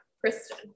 Kristen